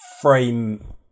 frame